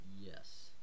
Yes